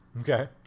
Okay